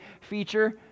feature